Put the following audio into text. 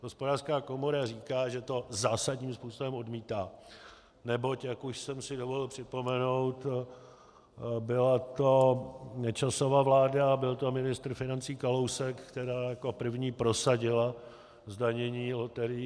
Hospodářská komora říká, že to zásadním způsobem odmítá, neboť, jak už jsem si dovolil připomenout, byla to Nečasova vláda, byl to ministr financí Kalousek, která jako první prosadila zdanění loterií.